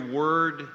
word